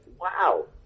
wow